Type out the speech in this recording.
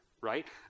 right